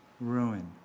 ruin